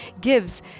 gives